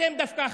אתם דווקא,